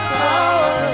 tower